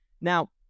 Now